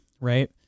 Right